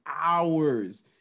hours